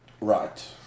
Right